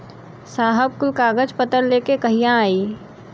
साहब कुल कागज पतर लेके कहिया आई?